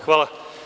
Hvala.